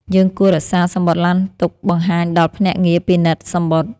យើងគួររក្សាសំបុត្រឡានទុកបង្ហាញដល់ភ្នាក់ងារពិនិត្យសំបុត្រ។